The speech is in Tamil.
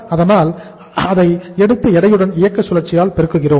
அதனால் இந்த 40000 ஐ எடுத்து எடையுள்ள இயக்க சுழற்சியால் பெருக்குகிறோம்